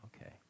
Okay